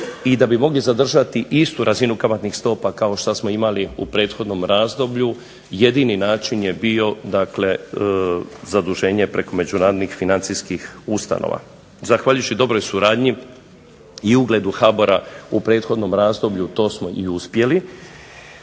i da bi mogli zadržati istu razinu kamatnih stopa kao što smo imali u prethodnom razdoblju jedini način je bio dakle zaduženje preko međunarodnih financijskih ustanova. Zahvaljujući dobroj suradnji i ugledu HBOR-a u prethodnom razdoblju to smo i uspjeli